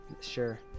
sure